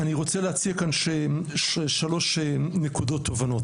אני רוצה להציג כאן שלוש נקודות תובנות,